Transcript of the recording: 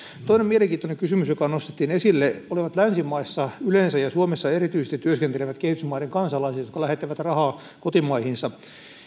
toinen mielenkiintoinen kysymys joka nostettiin esille oli länsimaissa yleensä ja suomessa erityisesti työskentelevät kehitysmaiden kansalaiset jotka lähettävät rahaa kotimaihinsa